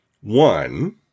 one